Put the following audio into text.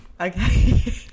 Okay